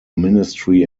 ministry